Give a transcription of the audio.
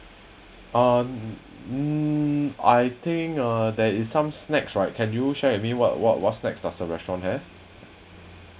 uh mm l think uh there is some snacks right can you share with me what what what snack does the restaurant have